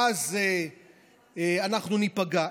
ואז אנחנו ניפגע,